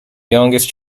youngest